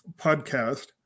podcast